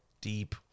deep